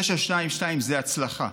922 זה הצלחה.